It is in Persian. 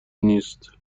نیست